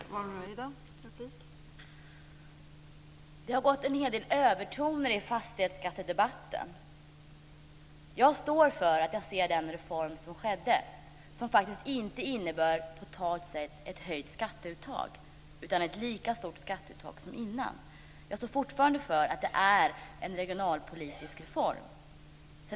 Fru talman! Det har gått en hel del övertoner i fastighetsskattedebatten. Jag står för att jag ser den reform som skedde - och som totalt sett inte innebär ett höjt skatteuttag utan ett lika stort uttag som innan - som en regionalpolitisk reform.